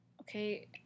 Okay